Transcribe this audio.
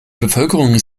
bevölkerung